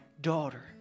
daughter